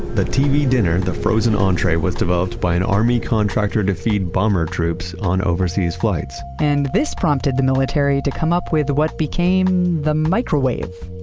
the tv dinner, the frozen entree, was developed by an army contractor to feed bomber troops on overseas flights and this prompted the military to come up with what became the microwave.